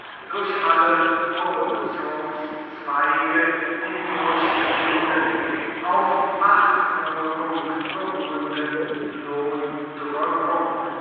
durch alle produktionszweige hindurchgehenden auf machtwirkung beruhenden